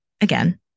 again